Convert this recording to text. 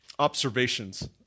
observations